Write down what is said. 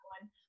one